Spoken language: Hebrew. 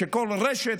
שכל רשת